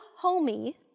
homey